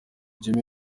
jimmy